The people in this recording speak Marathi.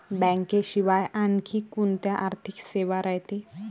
बँकेशिवाय आनखी कोंत्या आर्थिक सेवा रायते?